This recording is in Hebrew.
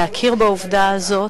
להכיר בעובדה הזאת,